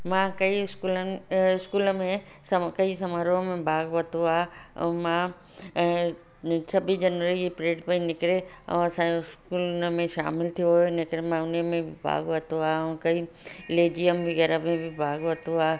मां कई स्कूलनि स्कूल में कई समारोह में भाॻु वरितो आहे ऐं मां ऐं छबीस जनवरी परेड में निकिरे ऐं असांजो स्कूल उन में शामिलु थियो हुयो लेकिन मां उन्हीअ में भाॻु वरितो आहे ऐं कॾहिं लेजियम वग़ैरह में बि भाॻु वरितो आहे